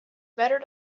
better